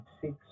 six